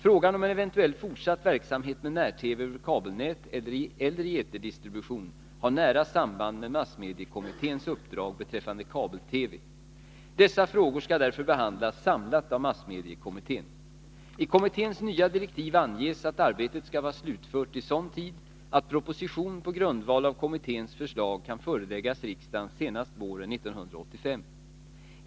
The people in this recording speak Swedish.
Frågan om en eventuell fortsatt verksamhet med när-TV över kabelnät eller i eterdistribution har nära samband med massmediekommitténs uppdrag beträffande kabel-TV. Dessa frågor skall därför behandlas samlat av massmediekommittén. I kommitténs nya direktiv anges att arbetet skall vara slutfört i sådan tid att proposition på grundval av kommitténs förslag kan föreläggas riksdagen senast våren 1985.